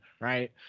right